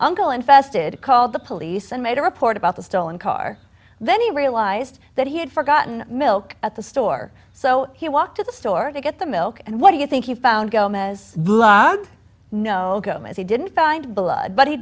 uncle infested called the police and made a report about the stolen car then he realized that he had forgotten milk at the store so he walked to the store to get the milk and what do you think you found gomez blob no he didn't find blood but he